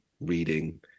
reading